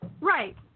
Right